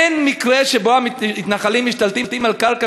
אין מקרה שבו המתנחלים משתלטים על קרקע